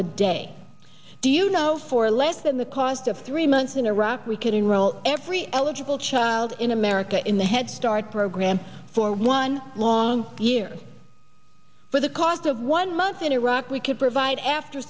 a day do you know for less than the cost of three months in iraq we could enroll every eligible child in america in the head start program for one long year for the cost of one month in iraq we could provide after